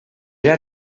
era